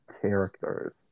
characters